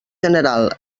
general